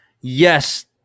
Yes